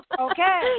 Okay